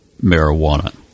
marijuana